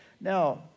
Now